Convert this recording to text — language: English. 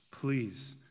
please